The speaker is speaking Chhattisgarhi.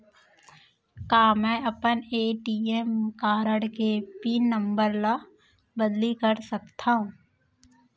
का मैं अपन ए.टी.एम कारड के पिन नम्बर ल बदली कर सकथव?